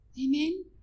Amen